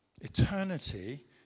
Eternity